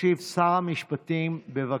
ישיב שר המשפטים, בבקשה.